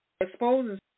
Exposes